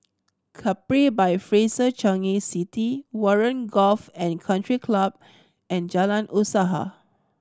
Capri by Fraser Changi City Warren Golf and Country Club and Jalan Usaha